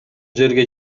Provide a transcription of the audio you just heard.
жерге